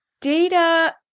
Data